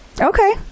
Okay